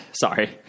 Sorry